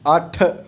ਅੱਠ